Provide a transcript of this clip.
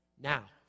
now